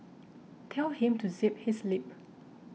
tell him to zip his lip